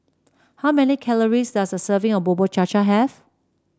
how many calories does a serving of Bubur Cha Cha have